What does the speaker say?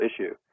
issue